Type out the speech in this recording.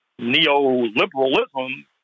neoliberalism